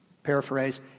Paraphrase